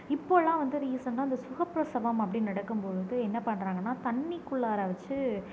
இப்போல்லாம் வந்து ரீசெண்டாக இந்த சுகப்பிரசவம் அப்படி நடக்கும்பொழுது என்ன பண்றாங்கன்னா தண்ணிக்குள்ளாற வச்சி